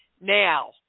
Now